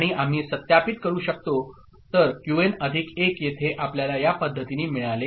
आणि आम्ही सत्यापित करू शकतो तर क्यूएन अधिक 1 येथे आपल्याला या पद्धतीने मिळाले आहे